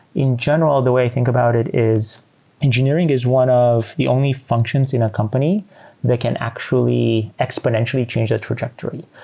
in general, the way i think about it is engineering is one of the only functions in a company that can actually exponentially change the trajectory.